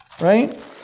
right